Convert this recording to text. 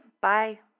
Bye